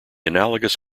analogous